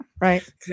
Right